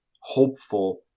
hopeful